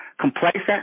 complacent